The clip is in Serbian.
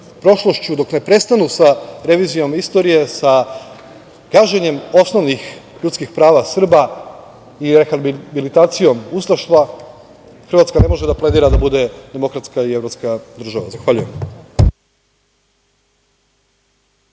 dok ne prestanu sa revizijom istorije, sa gaženjem osnovnih ljudskih prava Srba i rehabilitacijom ustaštva, Hrvatska ne može da pledira da bude demokratska i evropska država. Zahvaljujem.